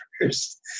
first